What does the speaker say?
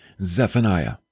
Zephaniah